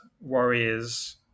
Warriors